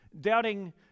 Doubting